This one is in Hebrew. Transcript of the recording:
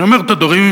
אני אומר את הדברים,